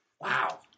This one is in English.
Wow